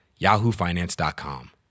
yahoofinance.com